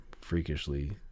freakishly